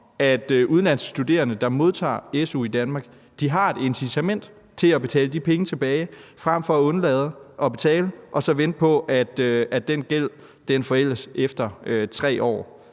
at udenlandske studerende, der modtager su i Danmark, har et incitament til at betale de penge tilbage frem for at undlade at betale og så vente på, at den gæld forældes efter 3 år,